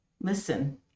Listen